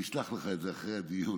אני אשלח לך את זה אחרי הדיון.